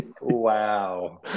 Wow